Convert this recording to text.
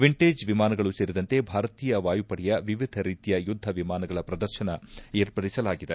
vintage ವಿಮಾನಗಳು ಸೇರಿದಂತೆ ಭಾರತೀಯ ವಾಯುಪಡೆಯ ವಿವಿಧ ರೀತಿಯ ಯುದ್ದ ವಿಮಾನಗಳ ಪ್ರದರ್ಶನ ಏರ್ಪಡಿಸಲಾಗುತ್ತದೆ